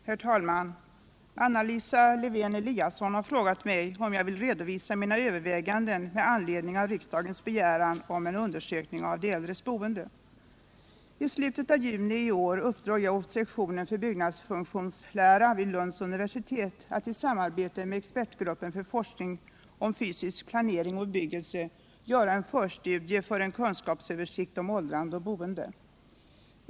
Herr talman! Anna Lisa Lewén-Eliasson har frågat mig om jag vill redovisa mina överväganden med anledning av riksdagens begäran om en undersökning av de äldres boende. I slutet av juni i år uppdrog jag åt sektionen för byggnadsfunktionslära vid Lunds universitet att i samarbete med expertgruppen för forskning om fysisk planering och bebyggelse göra en förstudie för en kunskapsöversikt om åldrande och boende.